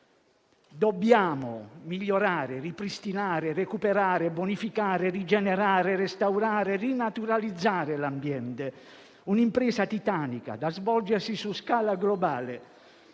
Dobbiamo migliorare, ripristinare, recuperare, bonificare, rigenerare, restaurare e rinaturalizzare l'ambiente: un'impresa titanica, da svolgersi su scala globale.